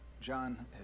John